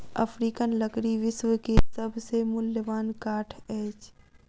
African लकड़ी विश्व के सभ से मूल्यवान काठ अछि